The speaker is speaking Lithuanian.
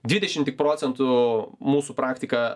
dvidešim tik procentų mūsų praktika